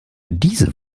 diese